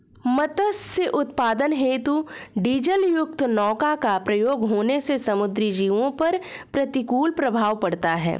मत्स्य उत्पादन हेतु डीजलयुक्त नौका का प्रयोग होने से समुद्री जीवों पर प्रतिकूल प्रभाव पड़ता है